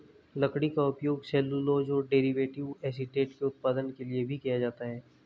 लकड़ी का उपयोग सेल्यूलोज और डेरिवेटिव एसीटेट के उत्पादन के लिए भी किया जाता है